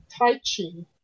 Taichi